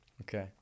Okay